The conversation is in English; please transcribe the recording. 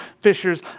fishers